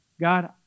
God